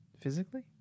physically